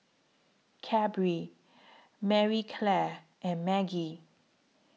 Cadbury Marie Claire and Maggi